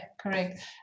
correct